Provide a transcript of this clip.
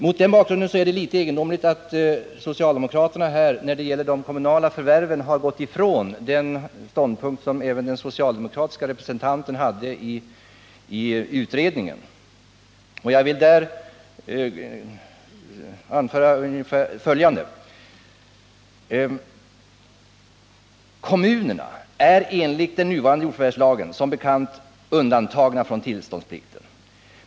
Mot den bakgrunden är det litet egendomligt att socialdemokraterna i fråga om de kommunala förvärven har gått ifrån den ståndpunkt som även den socialdemokratiske representanten intog i utredningen. Jag vill därför anföra följande. Kommunerna är enligt den nuvarande jordförvärvslagen som bekant undantagna från tillståndsplikten.